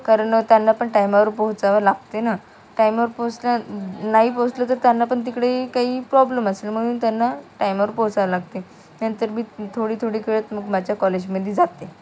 कारण त्यांना पण टायमावर पोहोचावं लागते ना टायमावर पोहोचल्या नाही पोचलं तर त्यांना पण तिकडे काही प्रॉब्लम असेल म्हणून त्यांना टायमावर पोचावं लागते नंतर मी थोडी थोडी करत मग माझ्या कॉलेजमध्ये जाते